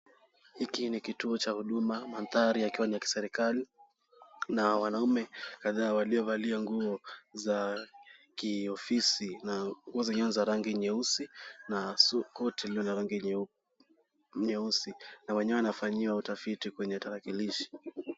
Hiki ni kituo cha huduma , mandhari yakiwa ni ya kiserikali ,kuna wanaume kadhaawaliovalia nguo za kiofisi ,na nguo zenyewe ni za rangi nyeusi na koti lililo la rangi nyeusi ,na wenyewe wanafanyia utafiti kwenye tarakilishi.